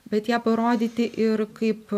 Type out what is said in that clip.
bet ją parodyti ir kaip